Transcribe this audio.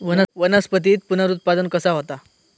वनस्पतीत पुनरुत्पादन कसा होता?